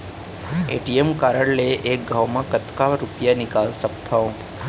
ATM card ले एक घव म कतका रुपिया निकाल सकथव?